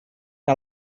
que